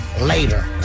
later